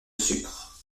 sucre